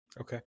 Okay